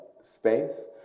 space